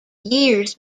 years